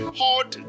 hot